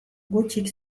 gutxik